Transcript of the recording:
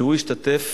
שהשתתף